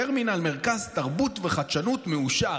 הטרמינל, מרכז תרבות וחדשנות, מאושר,